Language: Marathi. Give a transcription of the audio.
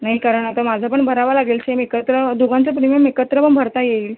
नाही कारण आता माझं पण भरावं लागेल सेम एकत्र दोघांचा प्रिमियम एकत्र पण भरता येईल